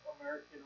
American